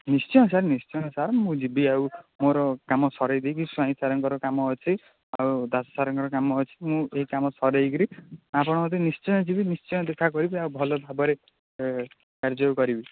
ନିଶ୍ଚୟ ସାର୍ ନିଶ୍ଚୟ ସାର୍ ମୁଁ ଯିବି ଆଉ ମୋର କାମ ସରାଇ ଦେଇକି ସ୍ୱାଇଁ ସାର୍ଙ୍କର କାମ ଅଛି ଆଉ ଦାସ ସାର୍ଙ୍କ କାମ ଅଛି ମୁଁ ଏହି କାମ ସରାଇ ଆପଣଙ୍କ କତିକି ନିଶ୍ଚୟ ଯିବି ନିଶ୍ଚୟ ଦେଖା କରିବି ଆଉ ଭଲ ଭାବରେ କାର୍ଯ୍ୟ କରିବି